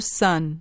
son